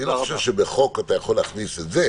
אני לא חושב שבחוק אתה יכול להכניס את זה.